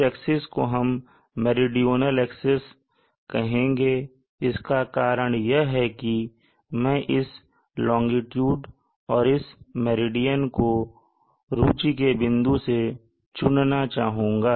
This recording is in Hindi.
इस एक्सिस को हम मेरीडोनल एक्सिस कहेंगे इसका कारण यह है कि मैं इस लोंगिट्यूड और इस मेरिडियन को रूचि के बिंदु से चुनना चाहूँगा